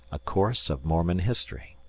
a course of mormon history